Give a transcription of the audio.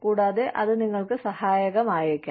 കൂടാതെ അത് നിങ്ങൾക്ക് സഹായകമായേക്കാം